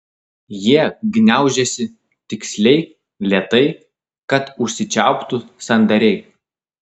jie gniaužiasi tiksliai lėtai kad užsičiauptų sandariai